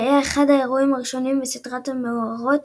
שהיה אחד האירועים הראשונים בסדרת מאורעות